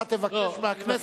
אתה תבקש מהכנסת להפילו.